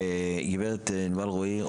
גברת ענבל רואי,